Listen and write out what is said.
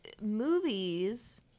movies